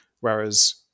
Whereas